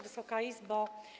Wysoka Izbo!